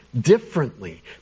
differently